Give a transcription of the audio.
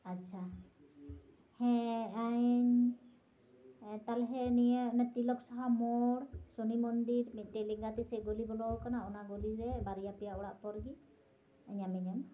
ᱟᱪᱪᱷᱟ ᱦᱮᱸ ᱤᱧ ᱛᱟᱞᱦᱮ ᱱᱤᱭᱟᱹ ᱚᱱᱮ ᱛᱤᱞᱟᱹᱠ ᱥᱟᱦᱟ ᱢᱳᱲ ᱥᱚᱱᱤ ᱢᱚᱱᱫᱤᱨ ᱢᱤᱫᱴᱮᱡ ᱞᱮᱸᱜᱟᱛᱤ ᱥᱮᱪ ᱜᱚᱞᱤ ᱵᱚᱞᱚᱣ ᱠᱟᱱᱟ ᱚᱱᱟ ᱜᱚᱞᱤᱨᱮ ᱵᱟᱨᱭᱟ ᱯᱮᱭᱟ ᱚᱲᱟᱜ ᱯᱚᱨ ᱜᱮ ᱧᱟᱢᱮᱧᱟᱹᱢ